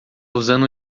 usando